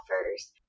offers